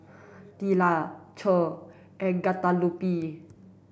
Tilla Che and Guadalupe